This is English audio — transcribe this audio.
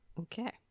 Okay